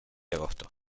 agosto